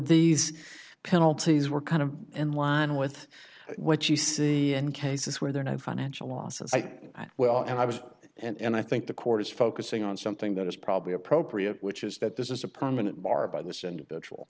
these penalties were kind of in line with what you see in cases where there are no financial losses well and i was and i think the court is focusing on something that is probably appropriate which is that this is a permanent bar by this individual